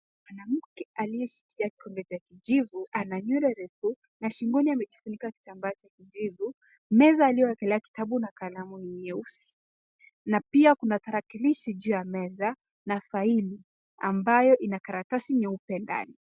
Mwanamke aliyeshikilia kikombe cha kijivu ana nywele refu na shingoni amejifunika kitambaa cha kijivu. Meza aliyoekelea kitabu na kalamu ni nyeusi na pia kuna tarakilishi juu ya meza na faili ambayo ina karatasi nyeupe ndani.